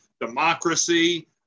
democracy